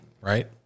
right